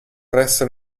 presso